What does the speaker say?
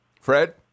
Fred